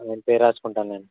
ఆయన పేరు రాసుకుంటాను లేండి